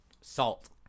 Salt